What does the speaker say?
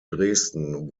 dresden